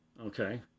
Okay